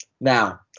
Now